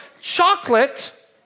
chocolate